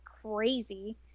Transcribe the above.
crazy